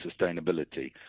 sustainability